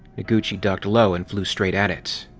noguchi ducked low and flew straight at it.